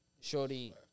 Shorty